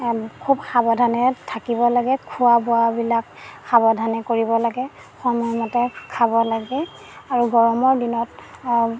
খুব সাৱধানে থাকিব লাগে খোৱা বোৱাবিলাক সাৱধানে কৰিব লাগে সময়মতে খাব লাগে আৰু গৰমৰ দিনত